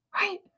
right